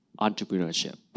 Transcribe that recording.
entrepreneurship